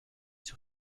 sur